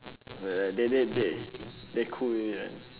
it's alright they they they they cool with it ah